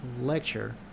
lecture